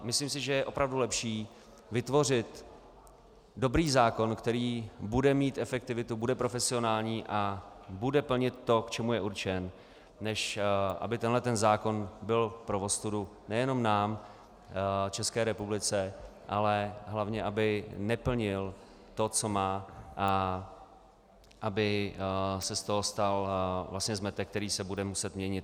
Myslím si, že je opravdu lepší vytvořit dobrý zákon, který bude mít efektivitu, bude profesionální a bude plnit to, k čemu je určen, než aby tento zákon byl pro ostudu nejenom nám, České republice, ale hlavně, aby neplnil to, co má, a aby se z toho stal zmetek, který se bude muset měnit.